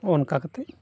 ᱚᱱᱠᱟ ᱠᱟᱛᱮᱫ